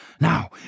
Now